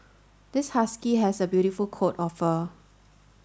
this husky has a beautiful coat of fur